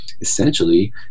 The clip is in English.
essentially